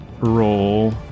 roll